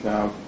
Now